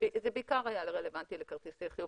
זה בעיקר היה רלוונטי לכרטיסי חיוב.